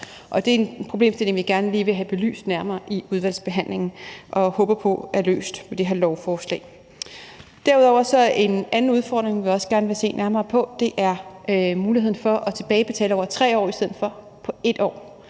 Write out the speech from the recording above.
det er en problemstilling, vi gerne lige vil have belyst nærmere i udvalgsbehandlingen og håber på er løst med det her lovforslag. Derudover er der en anden udfordring, vi gerne vil se nærmere på. Det er muligheden for at tilbagebetale over 3 år i stedet for 1 år.